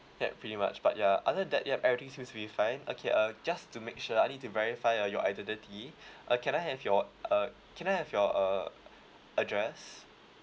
yup pretty much but ya other than yup everything seems to be fine okay uh just to make sure I need to verify uh your identity uh can I have your uh can I have your uh address